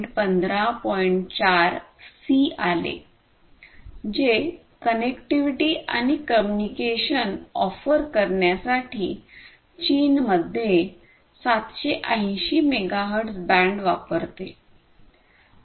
4 C आले जे connectivity आणि कम्युनिकेशन ऑफर करण्यासाठी चीनमध्ये 780 मेगाहेर्ट्झ बँड वापरते